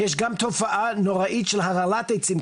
יש גם תופעה נוראית של הרעלת עצים,